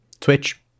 Twitch